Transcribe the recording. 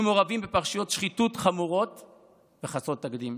מעורבים בפרשיות שחיתות חמורות וחסרות תקדים.